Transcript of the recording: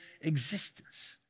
existence